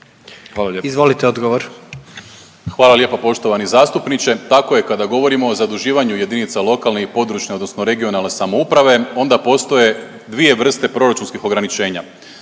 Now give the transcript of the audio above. **Primorac, Marko** Hvala lijepo poštovani zastupniče. Tako je, kada govorimo o zaduživanju jedinica lokalne i područne (regionalne) samouprave onda postoje dvije vrste proračunskih ograničenja.